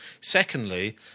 Secondly